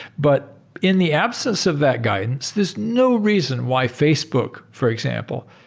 but in the absence of that guidance, there's no reason why facebook, for example